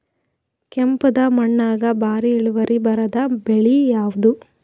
ಕೆಂಪುದ ಮಣ್ಣಾಗ ಭಾರಿ ಇಳುವರಿ ಬರಾದ ಬೆಳಿ ಯಾವುದು?